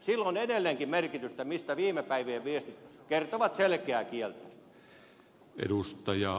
sillä on edelleenkin merkitystä mistä viime päivien viestit kertovat selkeää kieltä